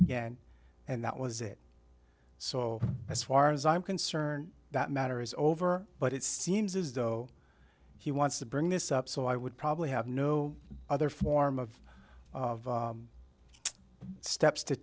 again and that was it so as far as i'm concerned that matter is over but it seems as though he wants to bring this up so i would probably have no other form of steps to